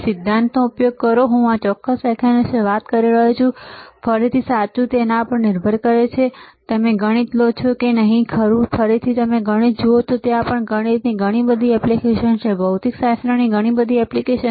તેથી સિદ્ધાંતનો ઉપયોગ કરો હું આ ચોક્કસ વ્યાખ્યાન વિશે વાત કરી રહ્યો છું ફરીથી સાચું તે તેના પર નિર્ભર કરે છે કે તમે ગણિત લો છો કે નહીં ખરું ફરીથી જો તમે ગણિત જુઓ તો ત્યાં પણ ગણિતની ઘણી બધી એપ્લિકેશન છે ભૌતિકશાસ્ત્રની ઘણી બધી એપ્લિકેશન